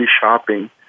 shopping